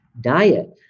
diet